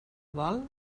vol